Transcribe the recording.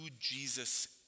Jesus